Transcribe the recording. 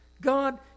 God